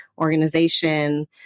organization